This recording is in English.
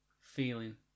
feeling